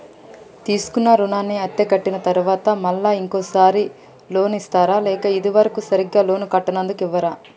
తీసుకున్న రుణాన్ని అత్తే కట్టిన తరువాత మళ్ళా ఇంకో సారి లోన్ ఇస్తారా లేక ఇది వరకు సరిగ్గా లోన్ కట్టనందుకు ఇవ్వరా?